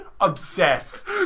obsessed